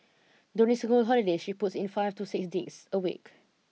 during school holidays she puts in five to six digs a week